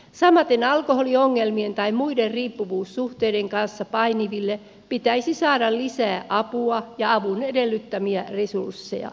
samaten alkoholiongel mien tai muiden riippuvuussuhteiden kanssa painiville pitäisi saada lisää apua ja avun edellyttämiä resursseja